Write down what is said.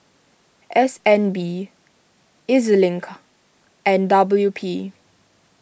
S N B E Z Link and W P